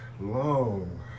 long